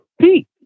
Pete